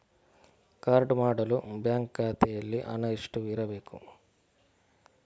Card ಮಾಡಲು bank ಖಾತೆಯಲ್ಲಿ ಹಣ ಎಷ್ಟು ಇರಬೇಕು?